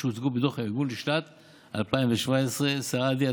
שהוצגו בדוח הארגון לשנת 2017. סעדי,